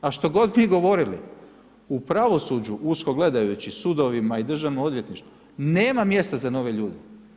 A što god mi govorili u pravosuđu, usko gledajući sudovima i državno odvjetništvo, nema mjesta za nove ljude.